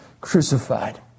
crucified